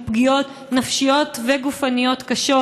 עם פגיעות נפשיות וגופניות קשות,